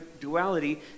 duality